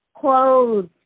Clothes